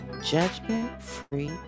Judgment-Free